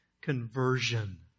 conversion